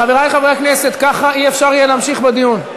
חברי חברי הכנסת, ככה לא יהיה אפשר להמשיך בדיון.